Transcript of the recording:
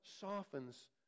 softens